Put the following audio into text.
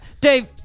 Dave